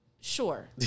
Sure